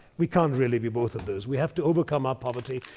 we can't really be both of those. we have to overcome our poverty.